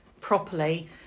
properly